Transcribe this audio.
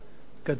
מפקד,